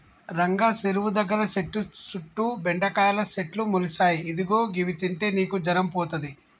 రంగా సెరువు దగ్గర సెట్టు సుట్టు బెండకాయల సెట్లు మొలిసాయి ఇదిగో గివి తింటే నీకు జరం పోతది